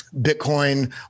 Bitcoin